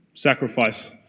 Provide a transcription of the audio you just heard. sacrifice